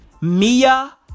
Mia